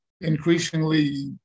increasingly